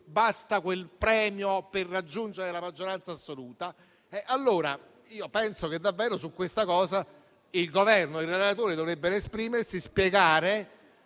basta quel premio per raggiungere la maggioranza assoluta. Penso che su questo punto il Governo e il relatore dovrebbero esprimersi e spiegare,